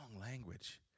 language